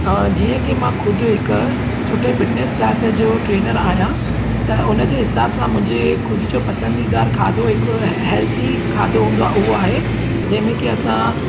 जीअं की मां ख़ुदि हिकु सुठे फिटनेस क्लासिस जो ट्रेनर आहियां त उन जे हिसाब सां मुंहिंजे ख़ुदि जो पसंदीदारु खाधो हिकु हेल्थी खाधो हूंदो आहे उहो आहे जंहिंमें की असां